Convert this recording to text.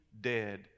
dead